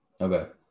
Okay